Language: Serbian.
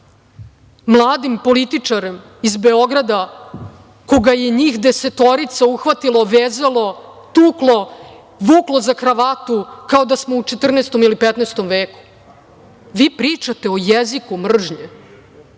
mladim političarem iz Beograda koga je njih desetorica uhvatilo, vezalo, tuklo, vuklo za kravatu kao da smo u 14 ili 15 veku. Vi pričate o jeziku mržnje,